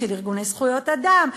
של ארגוני זכויות אדם,